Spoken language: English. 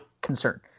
concern